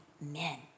men